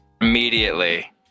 Immediately